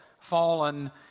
fallen